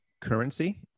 currency